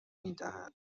میدهد